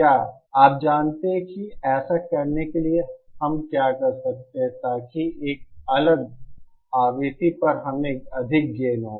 या आप जानते हैं कि ऐसा करने के लिए हम क्या कर सकते हैं ताकि एक अलग आवृत्ति पर हमें अधिक गेन हो